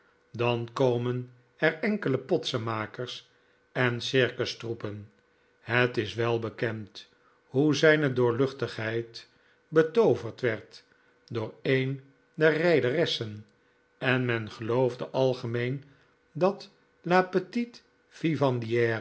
dan komen er enkele potsenmakers en circustroepen het is welbekend hoe zijne doorluchtigheid betooverd werd door een der rijderessen en men geloofde algemeen dat la petite